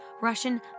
Russian